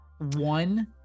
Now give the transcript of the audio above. one